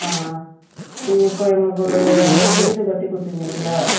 ஆ நீங்கள் இப்போ எங்களுக்கு ஒரு வீடு கட்டி கொடுத்திங்க இல்லையா